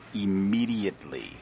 immediately